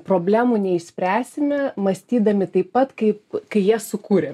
problemų neišspręsime mąstydami taip pat kaip kai ją sukūrė